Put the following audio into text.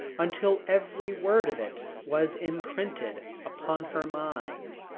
until every word of it was imprinted upon her mind.